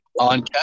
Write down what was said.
on